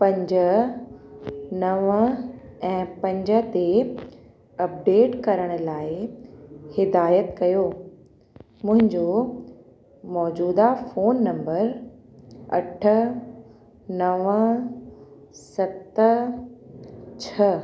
पंज नव ऐं पंज ते अपडेट करण लाइ हिदायत कयो मुंहिंजो मौज़ूदा फोन नम्बर अठ नव सत छह